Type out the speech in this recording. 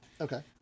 Okay